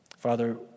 Father